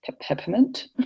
peppermint